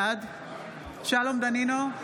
בעד שלום דנינו,